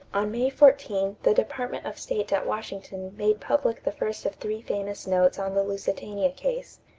on may fourteen, the department of state at washington made public the first of three famous notes on the lusitania case.